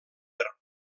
per